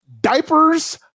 diapers